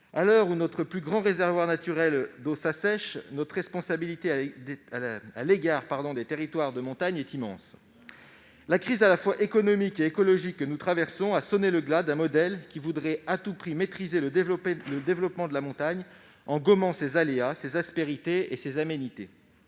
à l'heure où notre plus grand réservoir naturel d'eau s'assèche, notre responsabilité à l'égard des territoires de montagne est immense. La crise à la fois économique et écologique que nous traversons a sonné le glas d'un modèle qui voudrait à tout prix maîtriser le développement de la montagne en gommant ses aléas, ses aspérités et ses aménités.